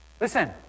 Listen